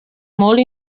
molt